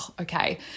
okay